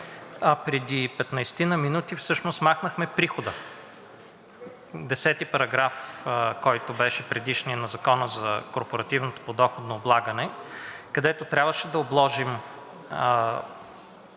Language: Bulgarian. Преди 15-ина минути всъщност махнахме прихода – 10 параграф, който беше предишният – на Закона за корпоративното подоходно облагане, където трябваше да обложим